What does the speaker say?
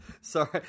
Sorry